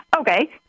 Okay